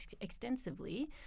extensively